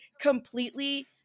completely